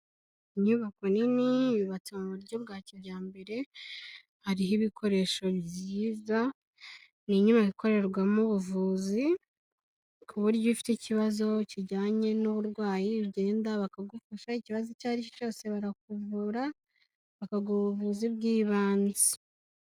Inyubako nini yubatse mu buryo bwa kijyambere hariho ibikoresho byiza, ni inyubako ikorerwamo ubuvuzi ku buryo iyo ufite ikibazo kijyanye n'uburwayi ugenda bakagufasha ikibazo icyo ari cyo cyose barakuvura bakaguha ubuvuzi bw'ibanze.